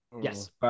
Yes